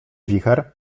wicher